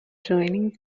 joining